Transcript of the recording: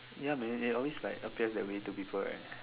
ya man they they always like appear that way to people right